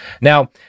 Now